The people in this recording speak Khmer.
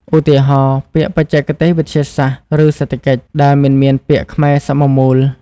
ឧទាហរណ៍ ពាក្យបច្ចេកទេសវិទ្យាសាស្ត្រឬសេដ្ឋកិច្ចដែលមិនមានពាក្យខ្មែរសមមូល។